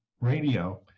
radio